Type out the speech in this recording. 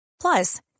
plus